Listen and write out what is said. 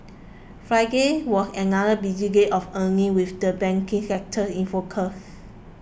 Friday was another busy day of earnings with the banking sector in focus